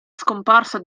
scomparsa